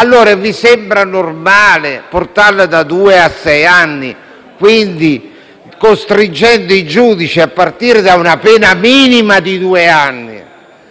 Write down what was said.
comma. Vi sembra normale portare la pena da due a sei anni, costringendo così i giudici a partire da una pena minima di due anni,